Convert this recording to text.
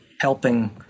Helping